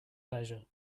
leisure